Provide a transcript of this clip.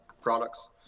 products